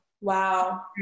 Wow